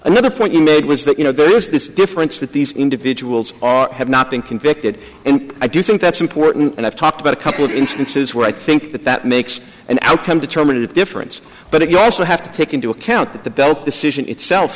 another point you made was that you know there is this difference that these individuals are have not been convicted and i do think that's important and i've talked about a couple instances where i think that that makes an outcome determinative difference but if you also have to take into account that the belt decision itself